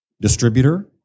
distributor